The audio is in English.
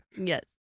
Yes